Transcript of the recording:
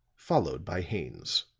followed by haines.